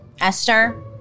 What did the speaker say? esther